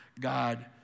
God